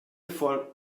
von